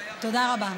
תודה רבה.